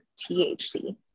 THC